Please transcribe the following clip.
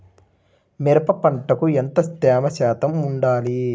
మిరప పంటకు ఎంత తేమ శాతం వుండాలి?